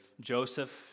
Joseph